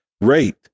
rate